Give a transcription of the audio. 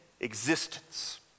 existence